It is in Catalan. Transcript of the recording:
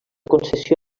concessió